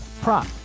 prop